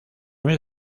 mes